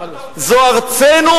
זו ארצנו